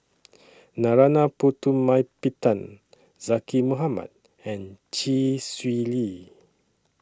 Narana Putumaippittan Zaqy Mohamad and Chee Swee Lee